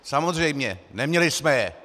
Samozřejmě, neměli jsme je!